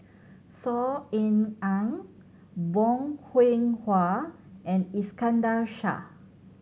Saw Ean Ang Bong Hiong Hwa and Iskandar Shah